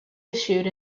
issued